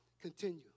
Continue